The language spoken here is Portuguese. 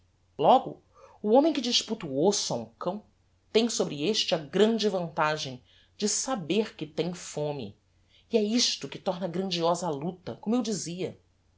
logo o homem que disputa o osso a um cão tem sobre este a grande vantagem de saber que tem fome e é isto que torna grandiosa a luta como eu dizia